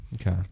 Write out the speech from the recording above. Okay